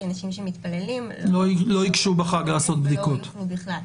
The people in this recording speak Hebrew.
כי אנשים שמתפללים --- לא ייגשו בחג לעשות בדיקות.